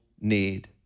need